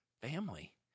family